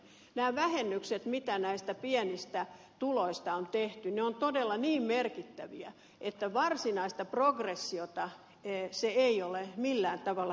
nämä vähennykset joita näistä pienistä tuloista on tehty ovat todella niin merkittäviä että varsinaista progressiota se ei ole millään tavalla heikentänyt